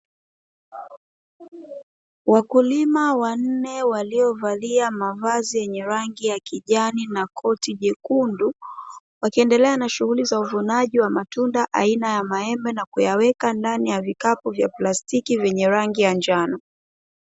Wakulima wanne waliovalia mavazi yenye rangi ya kijani na koti jekundu, wakiendelea na shughuli za uvunaji wa matunda aina ya maembe, na kuyaweka ndani ya vikapu vya plastiki vyenye rangi ya njano.